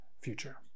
future